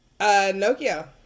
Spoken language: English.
Nokia